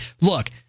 look